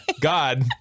God